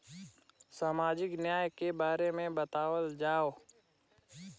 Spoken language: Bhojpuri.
सामाजिक न्याय के बारे में बतावल जाव?